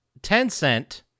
Tencent